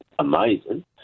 Amazing